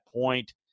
point